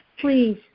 please